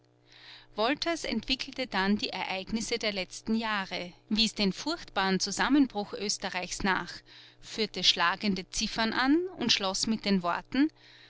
wolters entwickelte dann die ereignisse der letzten jahre wies den furchtbaren zusammenbruch oesterreichs nach führte schlagende ziffern an und schloß mit den worten